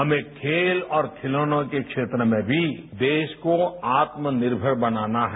हमें खेल और खिलौनों के क्षेत्र में भी देश को आत्मनिर्भर बनाना है